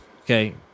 Okay